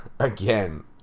Again